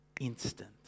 instant